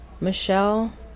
Michelle